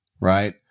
Right